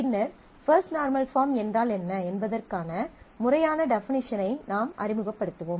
பின்னர் first normal form என்றால் என்ன என்பதற்கான முறையான டெஃபனிஷனை நாம் அறிமுகப்படுத்துவோம்